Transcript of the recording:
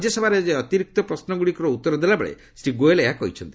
ରାଜ୍ୟସଭାରେ ଆଜି ଅତିରିକ୍ତ ପ୍ରଶ୍ରଗୁଡ଼ିକର ଉତ୍ତର ଦେଲାବେଳେ ଶ୍ରୀ ଗୋଏଲ୍ ଏହା କହିଛନ୍ତି